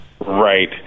Right